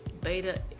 beta